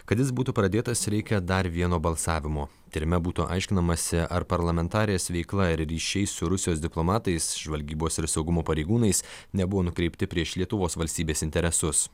kad jis būtų pradėtas reikia dar vieno balsavimo tyrime būtų aiškinamasi ar parlamentarės veikla ir ryšiai su rusijos diplomatais žvalgybos ir saugumo pareigūnais nebuvo nukreipti prieš lietuvos valstybės interesus